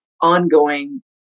ongoing